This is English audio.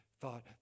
thought